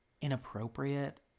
inappropriate